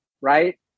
right